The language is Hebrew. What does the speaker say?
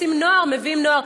רוצים נוער, מביאים נוער.